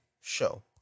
show